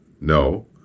No